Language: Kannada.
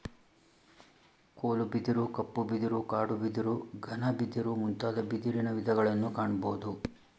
ಕೋಲು ಬಿದಿರು, ಕಪ್ಪು ಬಿದಿರು, ಕಾಡು ಬಿದಿರು, ಘನ ಬಿದಿರು ಮುಂತಾದ ಬಿದಿರಿನ ವಿಧಗಳನ್ನು ಕಾಣಬೋದು